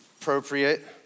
appropriate